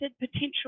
potential